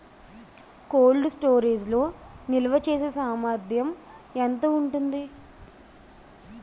Cold storage లో నిల్వచేసేసామర్థ్యం ఎంత ఉంటుంది?